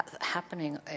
Happening